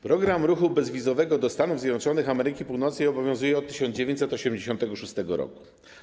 Program ruchu bezwizowego do Stanów Zjednoczonych Ameryki Północnej obowiązuje od 1986 r.